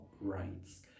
Rights